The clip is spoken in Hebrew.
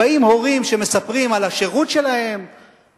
באים הורים שמספרים על השירות שלהם,